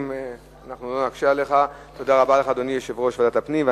תודה רבה לך, אדוני יושב-ראש ועדת הפנים.